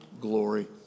glory